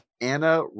Anna